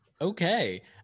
okay